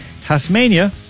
Tasmania